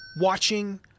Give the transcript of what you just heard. watching